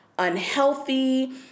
unhealthy